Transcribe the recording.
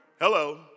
hello